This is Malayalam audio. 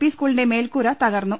പി സ്കൂളിന്റെ മേൽക്കൂര തകർന്നു